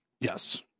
yes